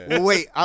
wait